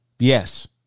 Yes